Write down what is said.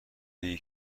بگی